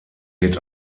wird